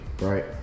Right